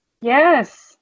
Yes